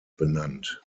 benannt